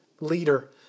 leader